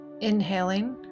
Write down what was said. inhaling